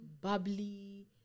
bubbly